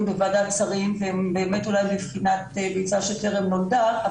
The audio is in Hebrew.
בוועדת שרים והם באמת אולי בבחינת ביצה שטרם נולדה,